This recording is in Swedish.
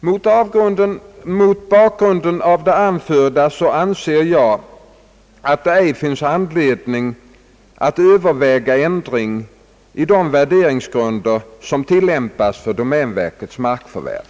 Mot bakgrunden av det anförda anser jag att, domänverkets värderingsprinciper icke utgjort hinder för enskilda personer att konkurrera om begärliga fastigheter och att det ej finns anledning att överväga ändring i de värderingsgrunder som tillämpas för domänverkets markförvärv. '